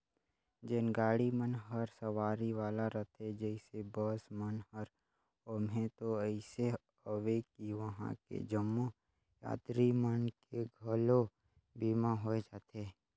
जेन गाड़ी मन हर सवारी वाला रथे जइसे बस मन हर ओम्हें तो अइसे अवे कि वंहा के जम्मो यातरी मन के घलो बीमा होय जाथे